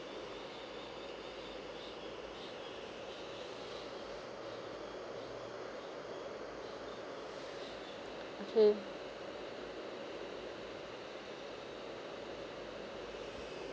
okay